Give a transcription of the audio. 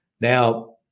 Now